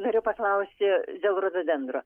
norėjau paklausti dėl rododendro